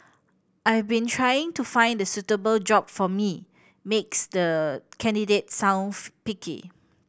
I've been trying to find the suitable job for me makes the candidate sound picky